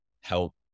help